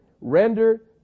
Render